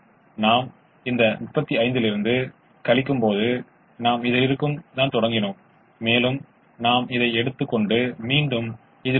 எனவே நாம் நினைக்கக்கூடிய எளிதான ஒன்று 00 இப்போது 21 இதேபோல் 0 24 X1 X2 ≥ 0